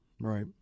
right